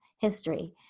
history